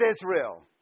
Israel